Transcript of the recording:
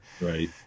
Right